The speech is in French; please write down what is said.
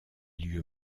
lieux